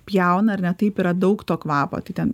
pjauna ar ne taip yra daug to kvapo tai ten